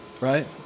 Right